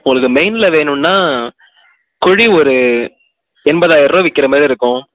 உங்களுக்கு மெயினில் வேணுன்னா குழி ஒரு எண்பதாயிர்ரூவா விற்கிற மாதிரி இருக்கும்